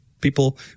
people